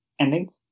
Endings